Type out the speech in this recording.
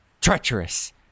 treacherous